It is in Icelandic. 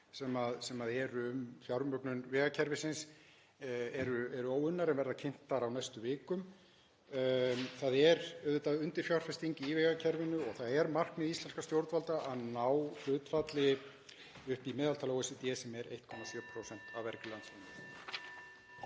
sem eru um fjármögnun vegakerfisins eru óunnar en verða kynntar á næstu vikum. Það er auðvitað undirfjárfesting í vegakerfinu og það er markmið íslenskra stjórnvalda að ná hlutfalli upp í meðaltal OECD sem er 1,7% af vergri landsframleiðslu.